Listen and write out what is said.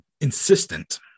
insistent